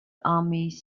armies